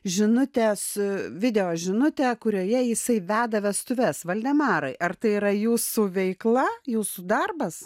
žinutę su video žinutę kurioje jisai veda vestuves valdemarai ar tai yra jūsų veikla jūsų darbas